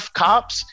cops